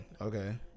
okay